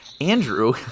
Andrew